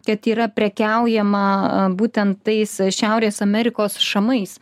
kad yra prekiaujama būtent tais šiaurės amerikos šamais